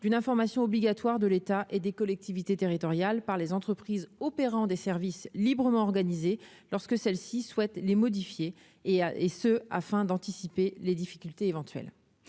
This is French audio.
d'une information obligatoire de l'État et des collectivités territoriales, par les entreprises opérant des services librement organiser lorsque celle-ci souhaite les modifier et et ce afin d'anticiper les difficultés éventuelles,